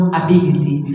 ability